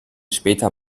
später